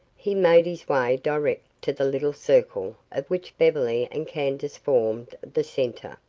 he made his way direct to the little circle of which beverly and candace formed the center.